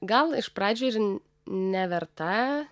gal iš pradžių ir neverta